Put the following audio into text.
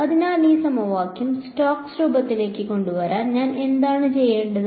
അതിനാൽ ഈ സമവാക്യം സ്റ്റോക്ക്സ് രൂപത്തിലേക്ക് കൊണ്ടുവരാൻ ഞാൻ എന്താണ് ചെയ്യേണ്ടത്